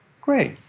Great